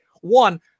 one